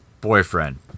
boyfriend